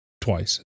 twice